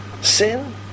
sin